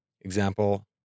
Example